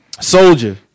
Soldier